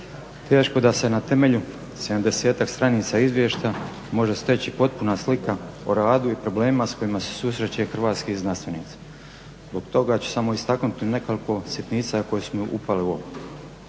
Teško da se na temelju 70-tak stranica izvještaja može steći potpuna slika o radu i problemima s kojima se susreću hrvatski znanstvenici. Zbog toga ću samo istaknuti nekoliko sitnica koje su mi evo upale u oko.